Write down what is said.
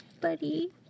buddy